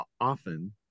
often